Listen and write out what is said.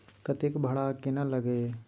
कतेक भाड़ा आ केना लागय ये?